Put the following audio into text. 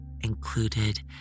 Included